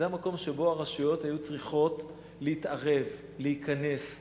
זה המקום שבו הרשויות היו צריכות להתערב, להיכנס.